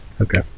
Okay